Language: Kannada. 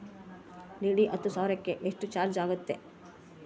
ಡಿ.ಡಿ ಹತ್ತು ಸಾವಿರಕ್ಕೆ ಎಷ್ಟು ಚಾಜ್೯ ಆಗತ್ತೆ?